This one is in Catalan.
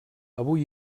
avui